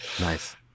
Nice